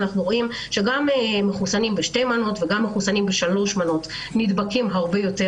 אנחנו רואים שגם מחוסנים בשתי מנות וגם מחוסנים נדבקים הרבה יותר,